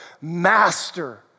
Master